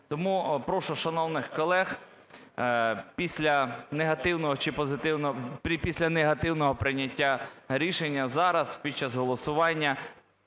Тому прошу шановних колег після негативного чи позитивного… після негативного прийняття рішення зараз під час голосування